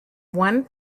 one